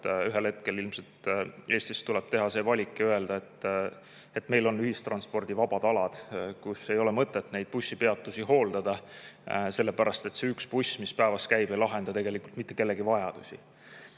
ühel hetkel tuleb Eestis ilmselt teha valik ja öelda, et meil on ühistranspordivabad alad, kus ei ole mõtet neid bussipeatusi hooldada, sellepärast et see üks buss, mis päevas käib, ei lahenda tegelikult mitte kellegi vajadusi.